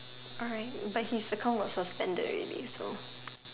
alright but his account was suspended already so